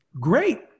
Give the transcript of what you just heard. great